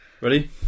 Ready